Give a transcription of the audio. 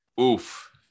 oof